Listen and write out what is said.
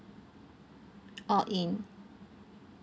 all in